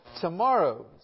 Tomorrow